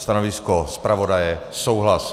Stanovisko zpravodaje souhlas.